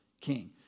king